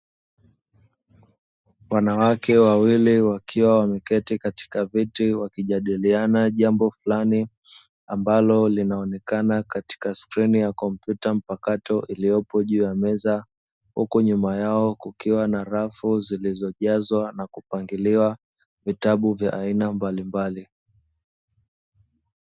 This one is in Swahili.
Wanawake wawili wakiwa wameketi katika viti wakijadiliana jambo fulani ambalo linaonekana katika skrini ya kompyuta mpakato iliyopo juu ya meza, huku nyuma yao kukiwa na rafu zilizojazwa na kupangiliwa vitabu vya aina mbalimbali.